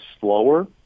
slower